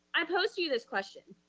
i pose to you this question,